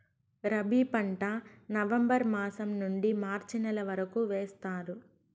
రబీ పంట నవంబర్ మాసం నుండీ మార్చి నెల వరకు వేస్తారు